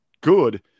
good